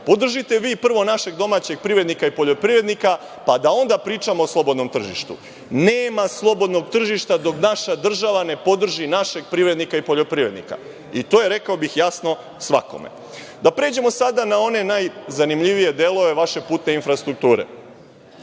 Podržite vi prvo našeg domaćeg privrednika i poljoprivrednika, pa da onda pričamo o slobodnom tržištu. Nema slobodnog tržišta dok naša država ne podrži našeg privrednika i poljoprivrednika. To je, rekao bih, jasno svakome. Da pređemo sada na one najzanimljivije delove vaše putne infrastrukture.